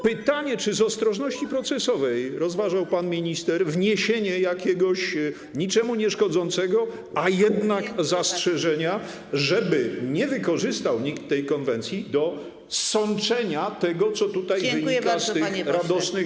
Pytanie, czy z ostrożności procesowej rozważał pan minister wniesienie jakiegoś niczemu nieszkodzącego, a jednak zastrzeżenia, żeby nie wykorzystał nikt tej konwencji do sączenia tego, co tutaj wynika z tych radosnych